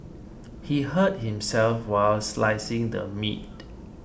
he hurt himself while slicing the meat